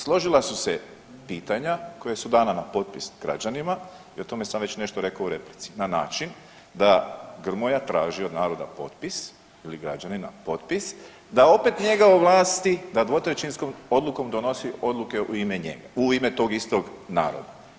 Složila su se pitanja koja su dana na potpis građanima i o tome sam već nešto rekao u replici, na način da Grmoja traži od naroda potpis ili građanina potpis da opet njega ovlasti da dvotrećinskom odlukom donosi odluke u ime njega, u ime tog istog naroda.